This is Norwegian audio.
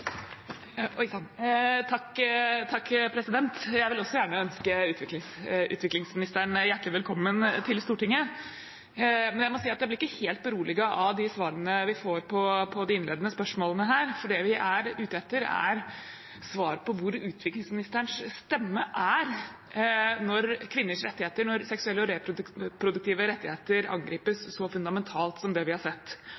må si at jeg ikke blir helt beroliget av de svarene vi får på de innledende spørsmålene her, for det vi er ute etter, er svar på hvor utviklingsministerens stemme er når kvinners rettigheter og seksuelle og reproduktive rettigheter